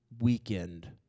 weekend